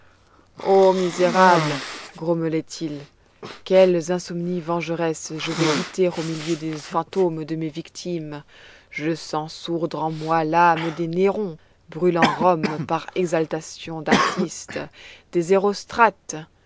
misérable grommelait-il quelles insomnies vengeresses je vais goûter au milieu des fantômes de mes victimes je sens sourdre en moi l'âme des néron brûlant rome par exaltation d'artiste des